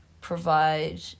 provide